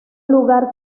lugar